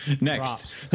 Next